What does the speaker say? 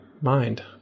mind